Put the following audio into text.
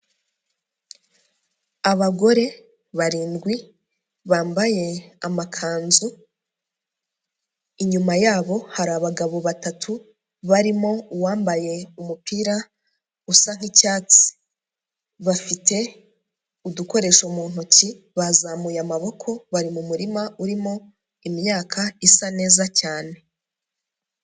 Abagore barindwi bambaye amakanzu, inyuma yabo hari abagabo batatu, barimo uwambaye umupira usa nk'icyatsi. Bafite udukoresho mu ntoki, bazamuye amaboko bari mu murima urimo imyaka isa neza cyane.